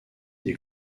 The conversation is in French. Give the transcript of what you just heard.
des